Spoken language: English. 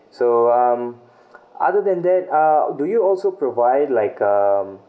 so um other than that uh do you also provide like um